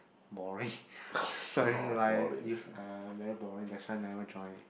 boring that's why like y~ uh very boring that's why never join